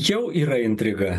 jau yra intriga